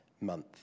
month